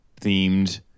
themed